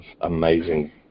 amazing